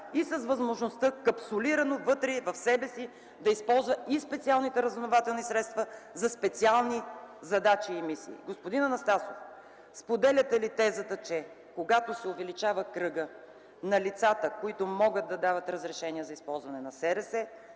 натоварена, капсулирана вътре в себе си, да използва и специалните разузнавателни средства за специални задачи и мисии. Господин Анастасов, споделяте ли тезата, че когато се увеличава кръгът на лицата, които могат да дават разрешение за използване на СРС-та,